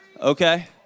Okay